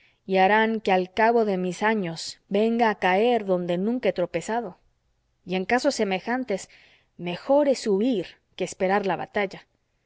y harán que al cabo de mis años venga a caer donde nunca he tropezado y en casos semejantes mejor es huir que esperar la batalla